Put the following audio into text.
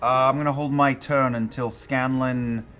um i'm going to hold my turn until scanlan,